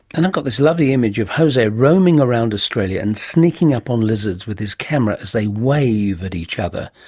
and i've got this lovely image of jose roaming around australia and sneaking up on lizards with his camera as they wave at each other.